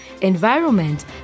environment